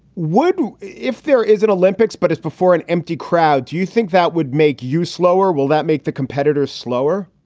would. if there is an olympics, but it's before an empty crowd. do you think that would make you slower? will that make the competitors slower?